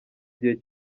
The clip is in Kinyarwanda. gihe